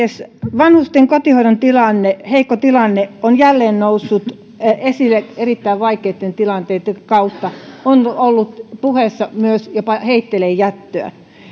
vanhusten kotihoidon heikko tilanne on jälleen noussut esille erittäin vaikeitten tilanteitten kautta on ollut puheissa myös jopa heitteillejättöä